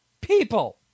people